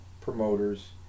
promoters